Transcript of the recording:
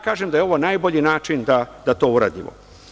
Kažem da je ovo najbolji način da to uradimo.